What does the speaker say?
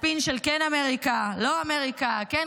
הספין של כן אמריקה, לא אמריקה, כן